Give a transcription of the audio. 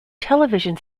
television